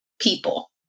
People